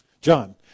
John